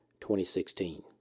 2016